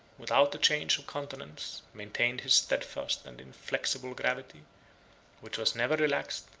without a change of countenance, maintained his steadfast and inflexible gravity which was never relaxed,